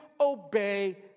obey